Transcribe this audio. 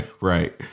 right